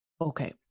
Okay